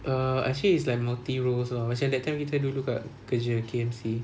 err actually it's like multi roles lor macam that time kita dulu kat kerja K_F_C